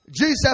Jesus